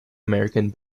american